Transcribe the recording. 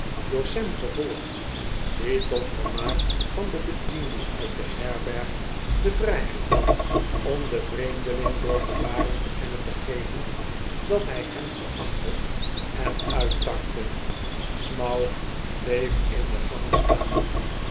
door sam gevolgd die tot vermaak van de bedienden uit de herberg de vrijheid nam om den vreemdeling door gebaren te kennen te geven dat hij hem verachtte en uittartte smouch bleef in de gang staan